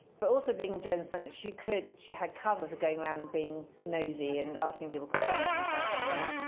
but also, being a journalist meant that she could she had cover for going around and being nosy and asking people questions and traveling around.